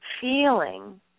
feeling